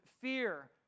fear